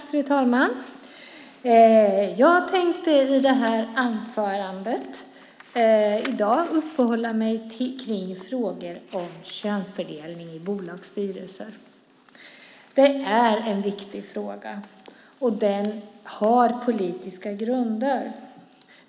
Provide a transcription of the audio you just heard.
Fru talman! Jag tänker i mitt anförande i dag uppehålla mig vid frågor om könsfördelning i bolagsstyrelser. Det är en viktig fråga, och den har politiska grunder.